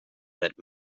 wird